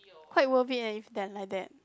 quite worth it eh if they're like that